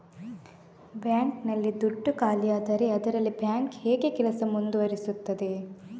Bank ನಲ್ಲಿ ದುಡ್ಡು ಖಾಲಿಯಾದರೆ ಅದರಲ್ಲಿ ಬ್ಯಾಂಕ್ ಹೇಗೆ ಕೆಲಸ ಮುಂದುವರಿಸುತ್ತದೆ?